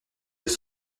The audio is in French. des